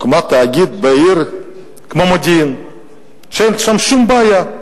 הוקם תאגיד בעיר כמו מודיעין ששם אין שום בעיה?